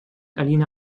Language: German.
alina